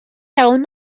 iawn